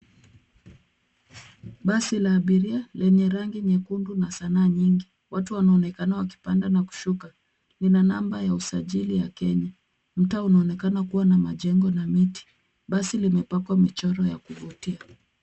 Basi la abiria lenye rangi nyekundu na sanaa nyingi. Watu wanaonekana wakipanda na kushuka. Lina namba ya usajili la Kenya. Mtaa unaonekana kuwa na majengo na miti. Basi limepakwa michoro ya kuvutia.